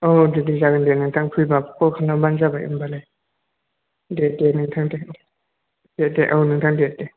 औ दे दे जागोन दे नोंथां फैबा कल खालामबानो जाबाय होमबालाय दे दे नोंथां दे औ दे दे औ नोंथां दे दे